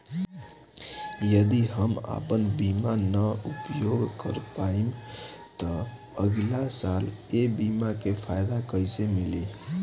यदि हम आपन बीमा ना उपयोग कर पाएम त अगलासाल ए बीमा के फाइदा कइसे मिली?